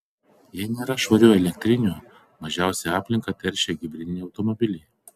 jei nėra švarių elektrinių mažiausiai aplinką teršia hibridiniai automobiliai